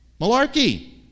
Malarkey